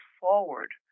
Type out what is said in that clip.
forward